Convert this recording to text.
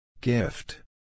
Gift